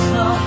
no